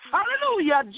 Hallelujah